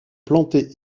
plantés